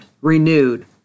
renewed